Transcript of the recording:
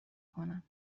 کنم